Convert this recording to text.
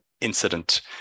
incident